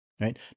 right